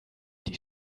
die